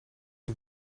het